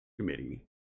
Committee